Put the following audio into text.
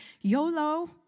YOLO